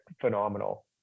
phenomenal